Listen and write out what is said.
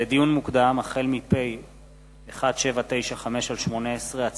לדיון מוקדם: החל בהצעת חוק פ/1795/18 וכלה בהצעת חוק פ/1829/18,